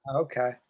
Okay